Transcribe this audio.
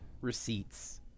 receipts